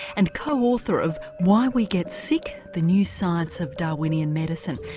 and co-author of why we get sick the new science of darwinian medicine,